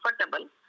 comfortable